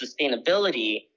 sustainability